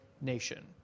nation